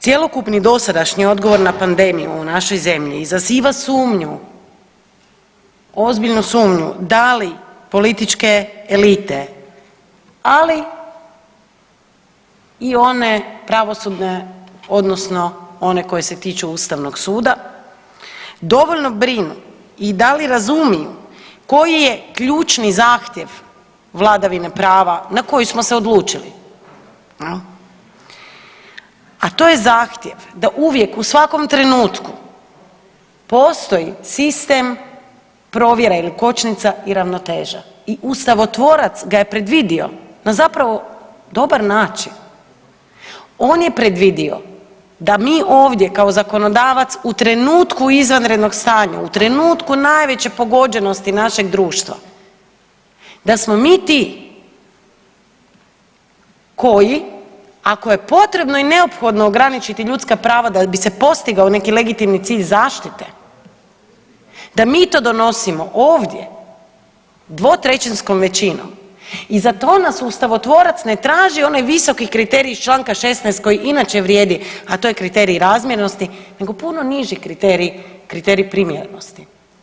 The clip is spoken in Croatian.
Cjelokupni dosadašnji odgovor na pandemiju u našoj zemlji izaziva sumnju, ozbiljnu sumnju da li političke elite ali i one pravosudne odnosno koje se tiču Ustavnog suda dovoljno brinu i da li razumiju koji je ključni zahtjev vladavine prava na koju smo se odlučili, a to je zahtjev da uvijek u svakom trenutku postoji sistem provjera ili kočnica i ravnoteža i ustavotvorac ga je predvidio na zapravo dobar način, on je predvidio da mi ovdje kao zakonodavac u trenutku izvanrednog stanja u trenutku najveće pogođenosti našeg društva da smo mi ti koji ako je potrebno i neophodno ograničiti ljudska prava da bi se postigao neki legitimni cilj zaštite, da mi to donosimo ovdje dvotrećinskom većinom i za to nas ustavotvorac ne traži onaj visoki kriterij iz čl 16. koji inače vrijedi, a to je kriterij razmjernosti nego puno niži kriterij, kriterij primjerenosti.